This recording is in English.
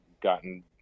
gotten